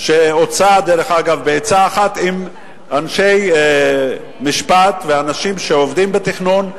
שהוצע דרך אגב בעצה אחת עם אנשי משפט ואנשים שעובדים בתכנון,